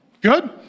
good